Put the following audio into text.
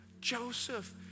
Joseph